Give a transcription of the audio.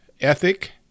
ethic